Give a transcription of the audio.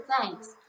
thanks